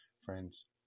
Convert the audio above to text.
Friends